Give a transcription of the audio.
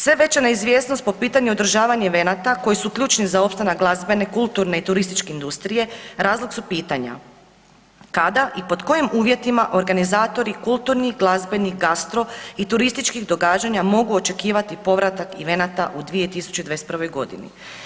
Sve veća neizvjesnost po pitanju održavanja evanata koji su ključni za opstanak glazbene, kulturne i turističke industrije razlog su pitanja, kada i pod kojim uvjetima organizatori kulturnih, glazbenih, gastro i turističkih događanja mogu očekivati povratak evenata u 2021.g.